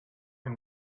can